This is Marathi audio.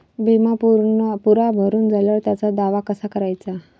बिमा पुरा भरून झाल्यावर त्याचा दावा कसा कराचा?